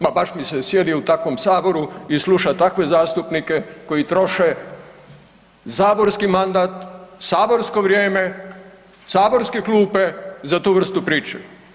Ma baš mi se sjedi u takvom Saboru i sluša takve zastupnike koji troše saborski mandat, saborsko vrijeme, saborske klupe za tu vrstu priče.